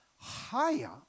higher